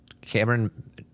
Cameron